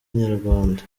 inyarwanda